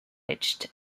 edged